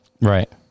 Right